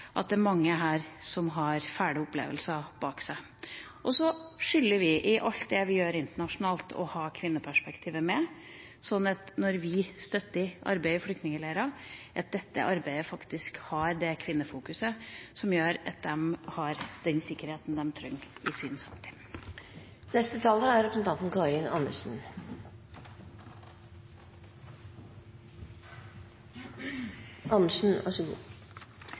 at det er mange her som har fæle opplevelser bak seg. Så skylder vi i alt vi gjør internasjonalt, å ha kvinneperspektivet med, slik at når vi støtter arbeid i flyktningleirer, har arbeidet det kvinnefokuset som gjør at de har den sikkerheten de trenger i sin samtid. Jeg vil takke representanten